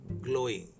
glowing